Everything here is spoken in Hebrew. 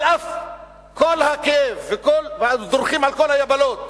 על אף כל הכאב, ודורכים על כל היבלות,